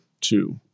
two